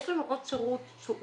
יש לנו עוד שירות שהוא